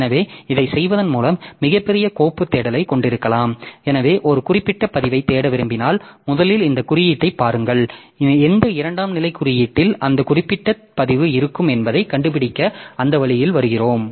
எனவே இதைச் செய்வதன் மூலம் மிகப் பெரிய கோப்புத் தேடலைக் கொண்டிருக்கலாம் எனவே ஒரு குறிப்பிட்ட பதிவைத் தேட விரும்பினால் முதலில் இந்த குறியீட்டைப் பாருங்கள் எந்த இரண்டாம் நிலை குறியீட்டில் அந்த குறிப்பிட்ட பதிவு இருக்கும் என்பதைக் கண்டுபிடிக்க அந்த வழியில் வருகிறோம்